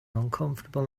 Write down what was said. uncomfortable